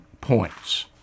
points